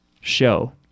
show